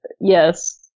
yes